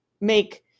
make